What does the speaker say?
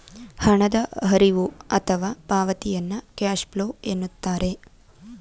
ಹಣದ ಹರಿವು ಅಥವಾ ಪಾವತಿಯನ್ನು ಕ್ಯಾಶ್ ಫ್ಲೋ ಎನ್ನುತ್ತಾರೆ